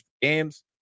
games